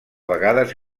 vegades